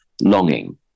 longing